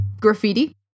graffiti